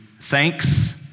thanks